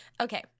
Okay